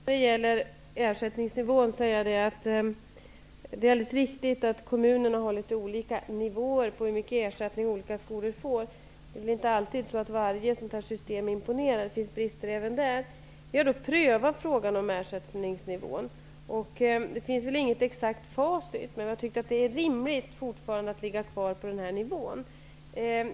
Herr talman! Det är alldeles riktigt att kommunerna har litet olika nivåer för de ersättningar som olika skolor får. Det är inte alltid så att varje system imponerar. Det finns brister även där. Vi har prövat frågan om ersättningsnivån. Det finns väl inget exakt facit, men vi har tyckt att det är rimligt att ligga kvar på den här nivån.